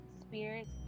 spirits